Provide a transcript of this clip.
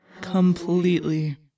Completely